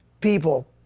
people